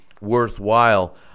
worthwhile